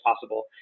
possible